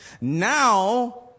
Now